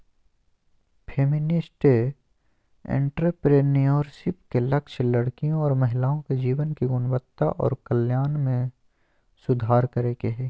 feminist entrepreneurship के लक्ष्य लड़कियों और महिलाओं के जीवन की गुणवत्ता और कल्याण में सुधार करे के हय